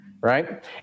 right